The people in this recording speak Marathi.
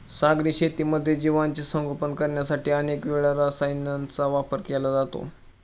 सागरी शेतीमध्ये जीवांचे संगोपन करण्यासाठी अनेक वेळा रसायनांचा वापर केला जातो